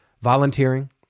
volunteering